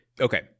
Okay